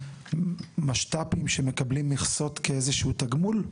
משת"פים שמקבלים מכסות כאיזשהו תגמול?